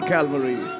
Calvary